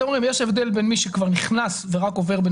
אתם אומרים שיש הבדל בין מי שכבר נכנס ורק עובר בין